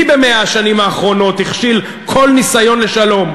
מי ב-100 השנים האחרונות הכשיל כל ניסיון לשלום,